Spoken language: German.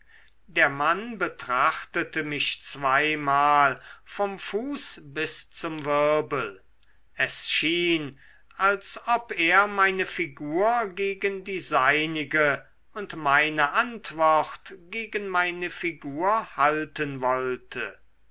der mann betrachtete mich zweimal vom fuß bis zum wirbel es schien als ob er meine figur gegen die seinige und meine anwort gegen meine figur halten wollte